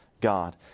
God